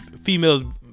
Females